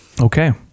Okay